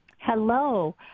Hello